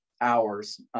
hours